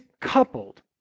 coupled